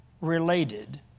related